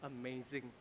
amazing